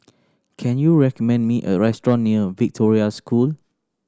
can you recommend me a restaurant near Victoria School